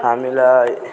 हामीलाई